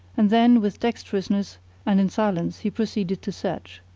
and then with dexterousness and in silence he proceeded to search.